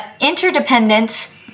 interdependence